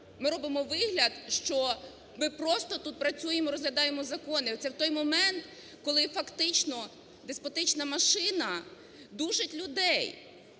ми робимо вигляд, що ми просто тут працюємо і розглядаємо закони це в той момент, коли фактично деспотична машина душить людей.